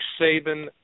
Saban